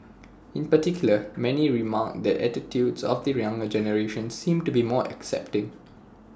in particular many remarked that attitudes of the younger generation seem to be more accepting